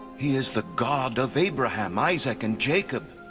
he is the god of abraham, isaac, and jacob.